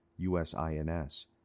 USINS